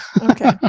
okay